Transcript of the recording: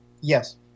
Yes